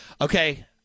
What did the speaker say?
okay